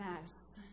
mess